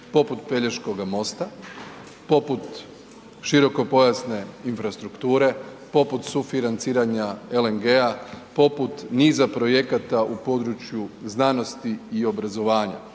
poput Pelješkoga mosta, poput široko-pojasne infrastrukture, poput sufinanciranja LNG-a, poput niza projekata u području znanosti i obrazovanja.